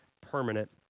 permanent